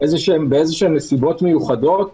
שבאיזשהן נסיבות מיוחדות